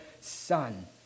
son